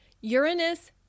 Uranus